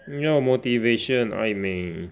你要 motivation 爱美